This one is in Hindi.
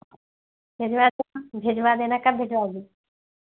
भिजवा देना भिजवा देना कब भिजवाओगी